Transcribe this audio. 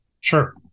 Sure